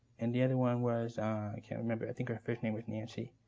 and the other one was, i can't remember. i think her first name was nancy.